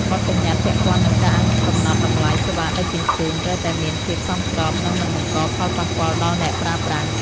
បទប្បញ្ញត្តិពាក់ព័ន្ធនឹងការកំណត់តម្លៃសេវាដឹកជញ្ជូនត្រូវតែមានភាពសមស្រប និងមិនបង្កផលប៉ះពាល់ដល់អ្នកប្រើប្រាស់។